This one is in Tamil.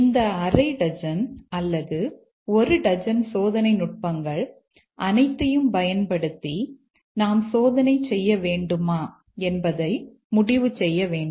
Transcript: இந்த அரை டஜன் அல்லது ஒரு டஜன் சோதனை நுட்பங்கள் அனைத்தையும் பயன்படுத்தி நாம் சோதனை செய்ய வேண்டுமா என்பதை முடிவு செய்ய வேண்டும்